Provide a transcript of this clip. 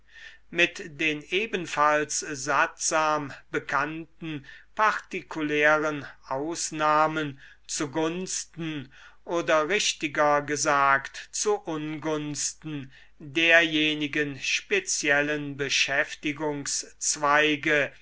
mit den ebenfalls sattsam bekannten partikulären ausnahmen zu gunsten oder richtiger gesagt zu ungunsten derjenigen speziellen beschäftigungszweige